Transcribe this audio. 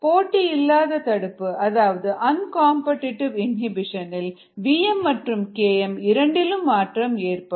போட்டியில்லாத தடுப்பு அதாவது uncompetitive inhibition இல்vmமற்றும் km இரண்டிலும் மாற்றம் ஏற்படும்